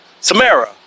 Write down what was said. Samara